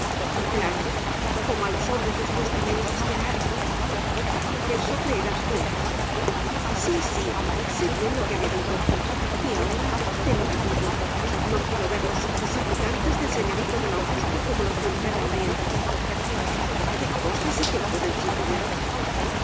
claro como a los hombres os cuesta menos esperar eso creerás tú sí sí sé bien lo que me digo y ahora te lo repito no quiero ver los ojos suplicantes del señorito don augusto como los de un perro hambriento qué cosas se te ocurren chiquilla